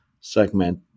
segment